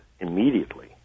immediately